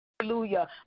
Hallelujah